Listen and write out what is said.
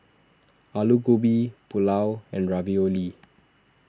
Alu Gobi Pulao and Ravioli